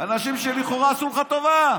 אנשים שלכאורה עשו לך טובה.